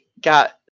got